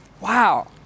Wow